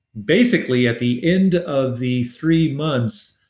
basically at the end of the three months,